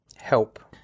help